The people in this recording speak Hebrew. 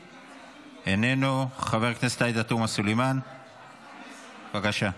איננו, חברת הכנסת רייטן מרום, איננה,